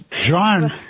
John